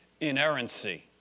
inerrancy